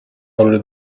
under